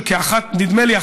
נדמה לי,